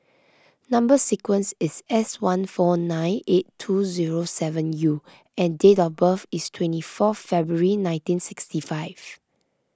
Number Sequence is S one four nine eight two zero seven U and date of birth is twenty four February nineteen sixty five